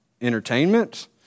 entertainment